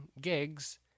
gigs